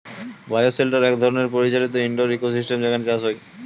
bio shelter এক ধরনের পরিচালিত ইন্ডোর ইকোসিস্টেম যেখানে চাষ হয়